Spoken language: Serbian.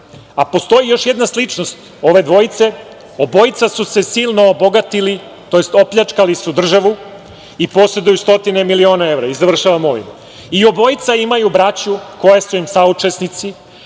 Postoji još jedna sličnost ove dvojice – obojica su se silno obogatili, tj. opljačkali su državu i poseduju stotine miliona evra i završavam ovim – obojica imaju braću koja su im saučesnici,